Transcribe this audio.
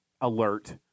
alert